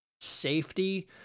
safety